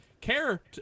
care